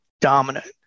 dominant